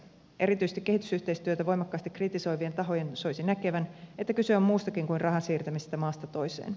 erityisesti kehitysyhteistyötä voimakkaasti kritisoivien tahojen soisi näkevän että kyse on muustakin kuin rahan siirtämisestä maasta toiseen